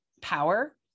power